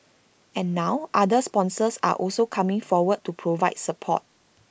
and now other sponsors are also coming forward to provide support